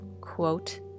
quote